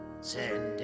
Send